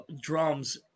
drums